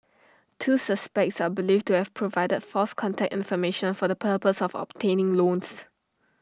two suspects are believed to have provided false contact information for the purpose of obtaining loans